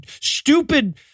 stupid